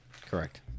Correct